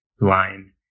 line